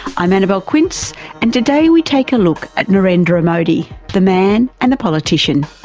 i'm annabelle quince and today we take a look at narendra modi, the man and the politician.